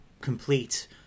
complete